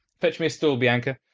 fetch me a stool, bianca.